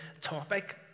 topic